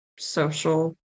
social